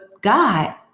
God